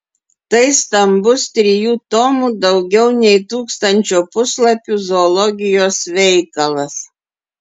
tai stambus trijų tomų daugiau nei tūkstančio puslapių zoologijos veikalas